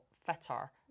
fitter